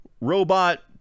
Robot